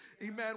amen